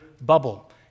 bubble